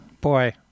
boy